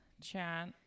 chat